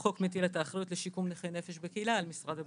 החוק מטיל את האחריות לשיקום נכי נפש בקהילה על משרד הבריאות.